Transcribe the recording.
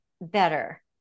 better